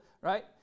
right